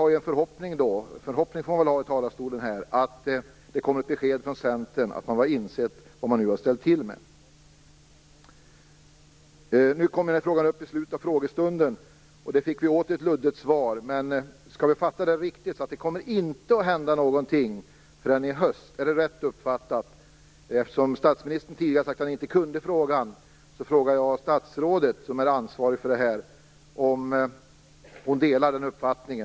Jag har dock förhoppningen, och förhoppningar får man ha här, att det kommer ett besked från Centern om att man insett vad man nu har ställt till med. Frågan om änkepensionerna kom upp i slutet av dagens frågestund. Återigen fick vi ett luddigt svar. Är det alltså rätt uppfattat att det inte kommer att hända någonting förrän i höst? Statsministern sade ju tidigare att han inte kunde frågan. Därför frågar jag det ansvariga statsrådet om hon har samma uppfattning.